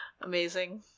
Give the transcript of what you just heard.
Amazing